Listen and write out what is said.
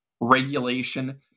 regulation